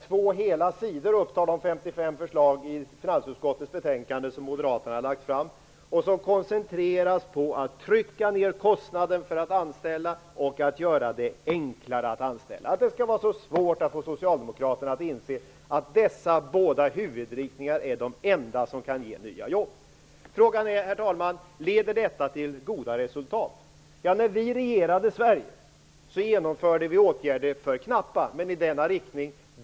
Två hela sidor upptar de 55 förslag i finansutskottets betänkande som Moderaterna har lagt fram, och som koncentreras på att trycka ned kostnaden för att anställa och på att göra det enklare att anställa. Att det skall vara så svårt att få Socialdemokraterna att inse att dessa båda huvudinriktningar är de enda som kan ge nya jobb! Frågan är, herr talman: Leder detta till goda resultat? Ja, när vi regerade Sverige genomförde vi åtgärder - för knappa, men i denna riktning.